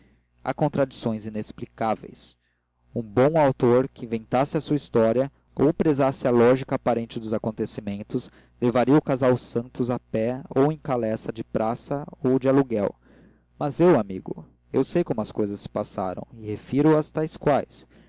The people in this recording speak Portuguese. há contradições explicáveis um bom autor que inventasse a sua história ou prezasse a lógica aparente dos acontecimentos levaria o casal santos a pé ou em caleça de praça ou de aluguel mas eu amigo eu sei como as cousas se passaram e refiro as tais quais